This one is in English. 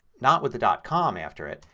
not with the dot com after it,